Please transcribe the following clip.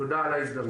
תודה על ההזדמנות.